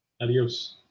Adios